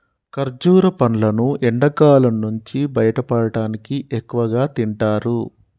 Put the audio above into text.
ఖర్జుర పండ్లును ఎండకాలం నుంచి బయటపడటానికి ఎక్కువగా తింటారు